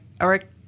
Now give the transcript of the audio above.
Eric